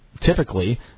typically